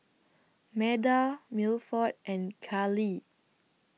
Meda Milford and Kallie